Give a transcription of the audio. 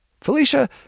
Felicia